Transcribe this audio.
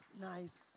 Nice